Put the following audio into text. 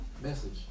Message